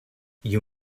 you